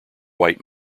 white